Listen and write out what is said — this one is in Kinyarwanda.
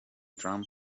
trump